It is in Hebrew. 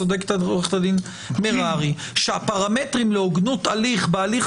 צודקת עורכת הדין מררי שהפרמטרים להוגנות הליך בהליך